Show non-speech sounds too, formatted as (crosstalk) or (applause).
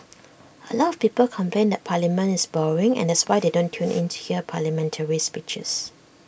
(noise) A lot of people complain that parliament is boring and that's why they don't (noise) tune in to hear parliamentary speeches